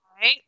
right